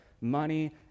money